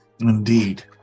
Indeed